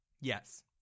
yes